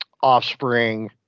offspring